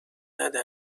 نده